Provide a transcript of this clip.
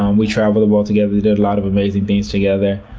um we traveled the world together, did a lot of amazing things together.